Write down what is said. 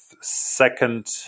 second